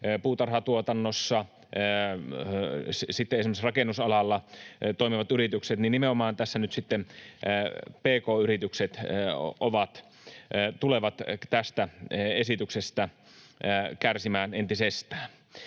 puutarhatuotannossa ja esimerkiksi rakennusalalla toimivat yritykset ovat, tässä nyt sitten tulevat tästä esityksestä kärsimään entisestään.